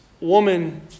woman